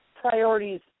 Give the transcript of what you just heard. priorities